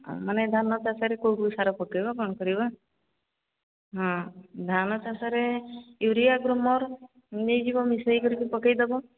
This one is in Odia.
ମାନେ ଧାନ ଚାଷରେ କେଉଁ କେଉଁ ସାର ପକେଇବ କ'ଣ କରିବ ହଁ ଧାନ ଚାଷରେ ୟୁରିଆ ଗ୍ରୋମର ନେଇଯିବ ମିଶେଇ କରିକି ପକେଇଦେବ